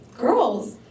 girls